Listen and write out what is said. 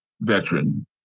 veteran